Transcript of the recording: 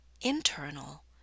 internal